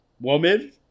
woman